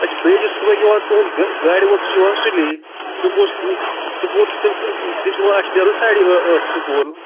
اچھا بییٚہِ چھُ صبحٲے یِوان تُہُند گاڑِ وول سُہ چھُ یِوان سُلی سکوٗل سکوٗل چھِ تِم تِم چھِ وَنان اَسہِ چھِ نیرُن ساڑی ٲٹھِ سکوٗل